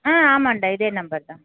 ஆ ஆமான்டா இதே நம்பர் தான்